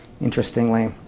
Interestingly